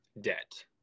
debt